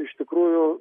iš tikrųjų